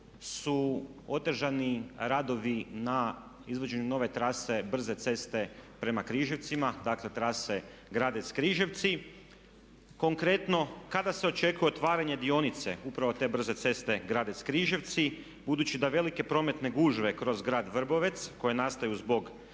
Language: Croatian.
su otežani radovi na izvođenju nove trase brze ceste prema Križevcima, dakle trase Gradec-Križevci. Konkretno, kada se očekuje otvaranje dionice upravo te brze ceste Gradec-Križevci budući da velike prometne gužve kroz grad Vrbovec koje nastaju zbog